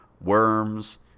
worms